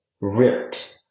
ripped